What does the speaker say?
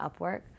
Upwork